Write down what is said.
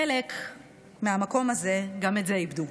חלק מהמקום הזה גם את זה איבדו.